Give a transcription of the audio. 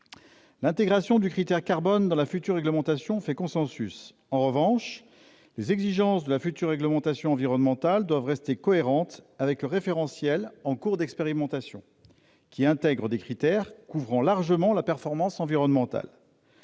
L'intégration du critère carbone dans la future réglementation fait consensus. En revanche, les exigences de la future réglementation environnementale doivent rester cohérentes avec le référentiel en cours d'expérimentation, qui intègre des critères couvrant largement la performance environnementale.